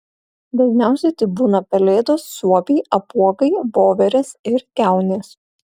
dažniausia tai būna pelėdos suopiai apuokai voverės ir kiaunės